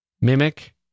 Mimic